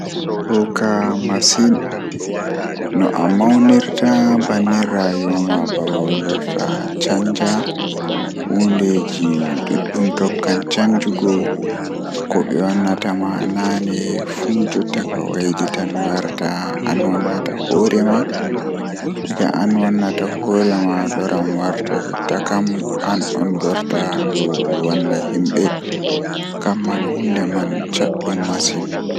Eey, Konngol aduna waɗataa ɗabbiraaɗe sooytaa so a semmbude, A foti njaaɓnirde waɗi, ɗi yamiraade ɗi, ɗi leeɓde, ɗi huutoraade e ɗi naatude maa ɗi famɗe dow, Ko nde njogita semmbugol maa, Ko waɗi nde a fami waɗude caɗeele, Nder laamu e njogorde, Ɗuum woodani ko waɗata e waɗal maa ko a soowoo majji e sooyte nde.